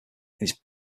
its